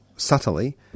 Subtly